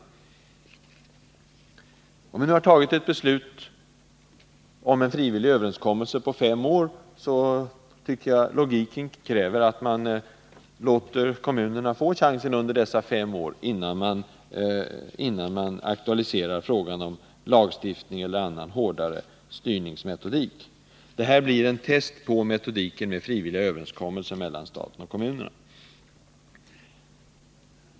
Eftersom vi nu har fattat beslut om en frivillig överenskommelse för fem år, tycker jag logiken kräver att kommunerna får chansen att uppfylla överenskommelsen under dessa fem år, innan man går in för lagstiftning eller annan hårdare styrning. Det här blir en test på metoden med frivilliga överenskommelser mellan staten och kommunerna.